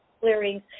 clearings